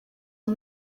uyu